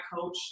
coach